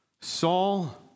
Saul